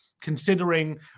considering